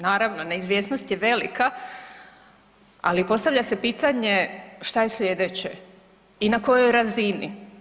Naravno neizvjesnost je velika ali postavlja se pitanje šta je slijedeće i na kojoj razini.